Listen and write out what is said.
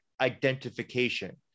identification